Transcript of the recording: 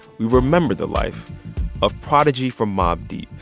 we remembered the life of prodigy from mobb deep.